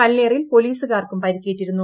കല്ലേറിൽ പൊലീസുകാർക്കും പരിക്കേറ്റിരുന്നു